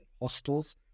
hostels